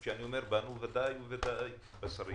וכשאני אומר "בנו" זה בוודאי ובוודאי השרים.